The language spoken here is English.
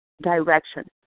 direction